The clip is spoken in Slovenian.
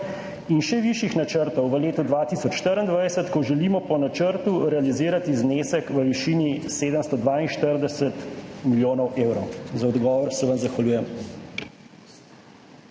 in še višjih načrtov v letu 2024, ko želimo po načrtu realizirati znesek v višini 742 milijonov evrov? Za odgovor se vam zahvaljujem.